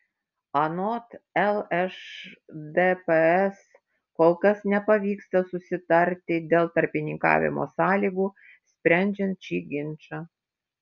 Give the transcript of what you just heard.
anot lšdps kol kas nepavyksta susitarti dėl tarpininkavimo sąlygų sprendžiant šį ginčą